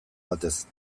batez